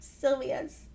Sylvia's